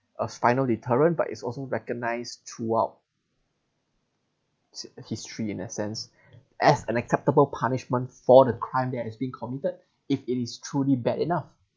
a final deterrent but it's also recognised throughout si~ history in a sense as an acceptable punishment for the crime that has been committed if it is truly bad enough